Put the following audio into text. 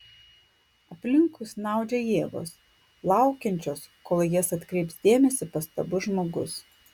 aplinkui snaudžia jėgos laukiančios kol į jas atkreips dėmesį pastabus žmogus